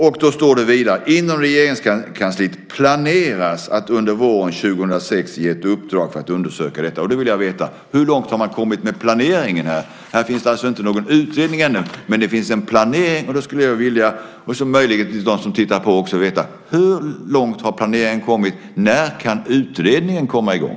Vidare står det: Inom Regeringskansliet planeras att under våren 2006 ge ett uppdrag för att undersöka detta. Då vill jag veta: Hur långt har man kommit med planeringen? Det finns alltså inte någon utredning ännu, men det finns en planering. Jag, och möjligen de som tittar på, vill veta: Hur långt har planeringen kommit? När kan utredningen komma i gång?